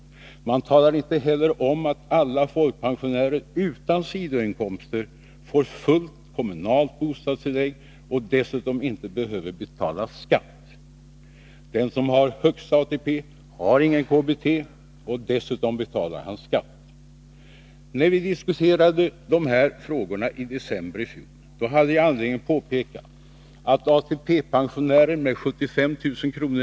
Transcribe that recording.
Centern talar inte heller om att alla folkpensionärer utan sidoinkomster får fullt kommunalt bostadstilllägg och dessutom inte behöver betala skatt. Den som har högsta ATP har inget KBT och dessutom betalar han skatt. När vi diskuterade dessa frågor i decemberi fjol hade jag anledning påpeka, att ATP-pensionären med 75 000 kr.